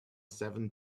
seven